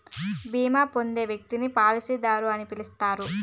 బీమా పొందే వ్యక్తిని పాలసీదారు అని పిలుస్తారు